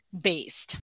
based